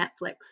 Netflix